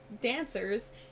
dancers